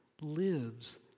lives